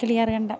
Kiliyarkandam